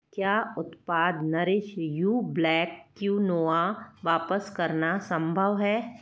क्या उत्पाद nourish you black quinoa वापस करना संभव है